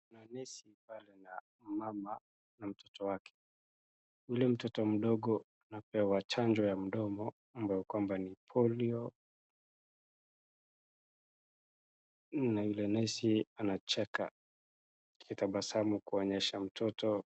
Kuna nesi pale na mama na mtoto wake. Yule mtoto mdogo anapewa chanjo mdomo ambayo ni polio na yule nesi anacheka akitabasamu kuonyesha mtoto.